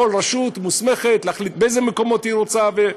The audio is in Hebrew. כל רשות מוסמכת להחליט באיזה מקומות היא רוצה.